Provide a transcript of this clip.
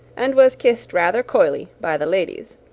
and was kissed rather coyly by the ladies.